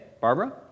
Barbara